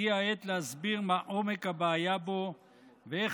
הגיעה העת להסביר מה עומק הבעיה בו ואיך